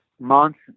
months